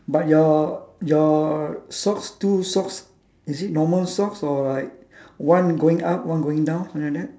but your your socks two socks is it normal socks or like one going up one going down something like that